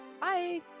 Bye